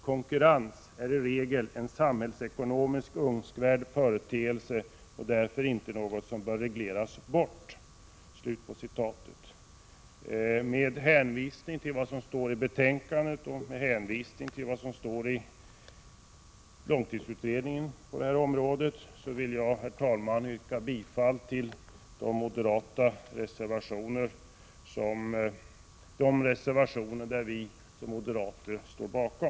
Konkurrens är i regel en samhällsekonomisk önskvärd företeelse och därför inte något som bör regleras bort.” Med hänvisning till vad som sägs i betänkandet och till vad jag här citerat ur bilaga 6 till långtidsutredningen yrkar jag bifall till de reservationer som moderaterna i näringsutskottet står bakom.